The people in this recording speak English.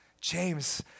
James